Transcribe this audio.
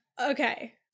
Okay